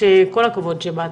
שכל הכבוד שבאת,